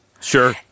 Sure